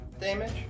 damage